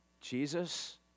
Jesus